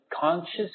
conscious